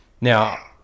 Now